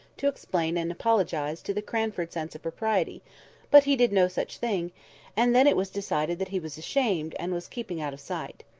to explain and apologise to the cranford sense of propriety but he did no such thing and then it was decided that he was ashamed, and was keeping out of sight.